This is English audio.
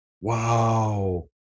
Wow